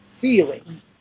feeling